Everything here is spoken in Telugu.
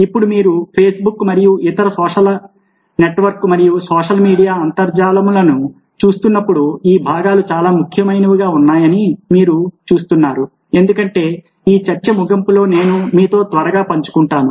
ఇప్పుడు మీరు Facebook మరియు ఇతర సోషల్ నెట్వర్క్ మరియు సోషల్ మీడియా అంతర్జాలములను చూస్తున్నప్పుడు ఈ భాగాలు చాలా ముఖ్యమైనవిగా ఉన్నాయని మీరు చూస్తున్నారు ఎందుకంటే ఈ చర్చ ముగింపులో నేను మీతో త్వరగా పంచుకుంటాను